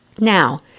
Now